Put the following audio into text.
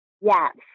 Yes